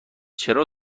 چرا